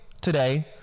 today